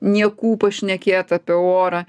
niekų pašnekėt apie orą